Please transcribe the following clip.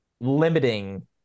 limiting